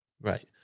Right